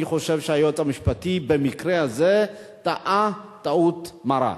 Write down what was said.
אני חושב שהיועץ המשפטי במקרה הזה טעה טעות מרה.